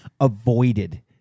avoided